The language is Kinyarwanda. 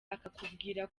akakubwira